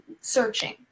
searching